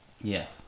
yes